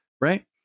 right